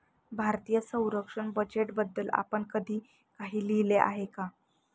भारतीय संरक्षण बजेटबद्दल आपण कधी काही लिहिले आहे का?